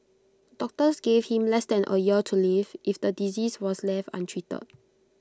doctors gave him less than A year to live if the disease was left untreated